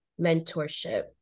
mentorship